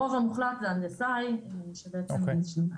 הרוב המוחלט זה הנדסאי, שזה בעצם שנתיים.